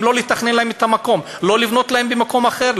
ואם לא לתכנן להם את המקום, לא לבנות במקום אחר?